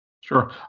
Sure